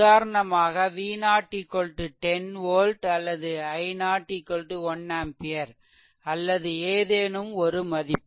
உதாரணமாக V0 10 volt அல்லது i0 1 ampere அல்லது எதேனும் ஒரு மதிப்பு